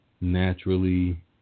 naturally